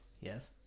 Yes